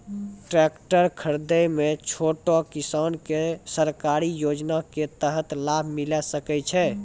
Tractor खरीदै मे छोटो किसान के सरकारी योजना के तहत लाभ मिलै सकै छै?